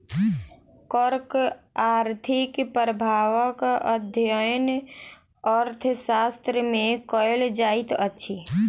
करक आर्थिक प्रभावक अध्ययन अर्थशास्त्र मे कयल जाइत अछि